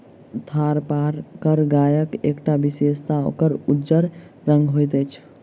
थारपारकर गायक एकटा विशेषता ओकर उज्जर रंग होइत अछि